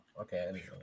okay